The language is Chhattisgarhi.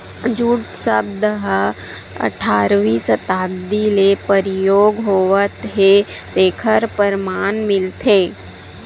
जूट सब्द ह अठारवी सताब्दी ले परयोग होवत हे तेखर परमान मिलथे